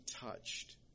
touched